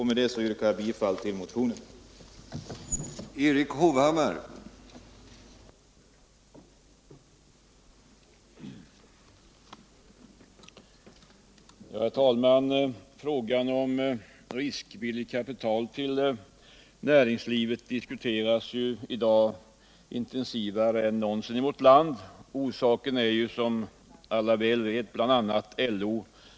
Med detta yrkar jag, som sagt, bifall till motionen 1872.